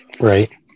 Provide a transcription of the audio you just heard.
right